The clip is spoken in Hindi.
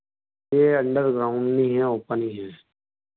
यह अन्डरग्राउन्ड में ही है ओपन में ही है